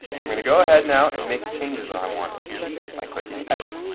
i'm going to go ahead now and make the changes that i wanted to by clicking edit.